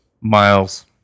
Miles